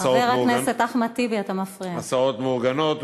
ובהסעות מאורגנות,